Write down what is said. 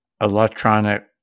electronic